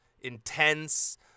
Intense